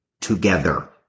together